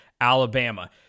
Alabama